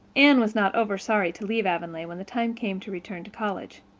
anne was not over-sorry to leave avonlea when the time came to return to college.